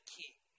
king